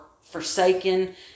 forsaken